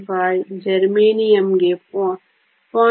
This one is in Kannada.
15 ಜರ್ಮೇನಿಯಂಗೆ 0